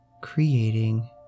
Creating